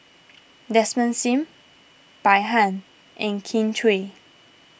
Desmond Sim Bai Han and Kin Chui